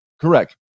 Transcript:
Correct